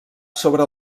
sobre